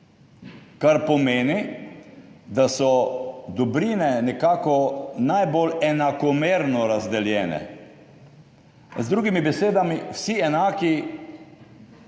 kar pomeni, da so dobrine nekako najbolj enakomerno razdeljene. Z drugimi besedami, vsi enaki